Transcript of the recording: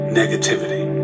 negativity